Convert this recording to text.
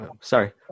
Sorry